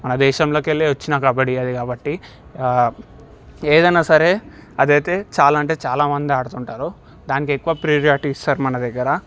మన దేశంలోకెళ్ళి వచ్చిన కబడ్డీ అది కాబట్టి ఏదైనాసరే అదైతే చాలా అంటే చాలామంది ఆడుతుంటారు దానికి ఎక్కువ ప్రియారిటి ఇస్తారు మన దగ్గర